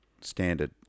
Standard